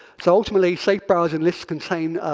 so ultimately, safe browsing list contain